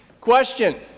Question